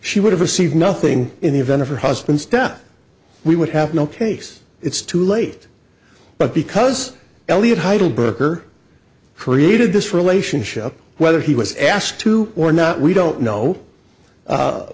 she would have received nothing in the event of her husband's death we would have no case it's too late but because elliot heidelburg or created this relationship whether he was asked to or not we don't know